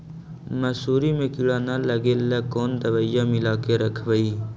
मसुरी मे किड़ा न लगे ल कोन दवाई मिला के रखबई?